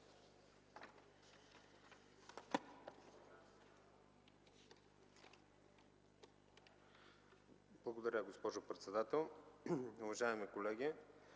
Благодаря, госпожо председател. Уважаеми дами